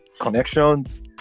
connections